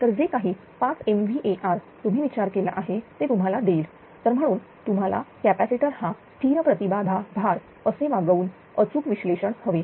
तर जे काही 5 MVAr तुम्ही विचार केला आहे ते तुम्हाला देईल तर म्हणून तुम्हाला कॅपॅसिटर हा स्थिर प्रति बाधा भार असे वागवून अचूक विश्लेषण हवे